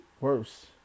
worse